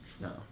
No